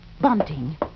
Bunting